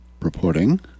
reporting